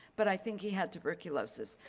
but i think he had tuberculosis.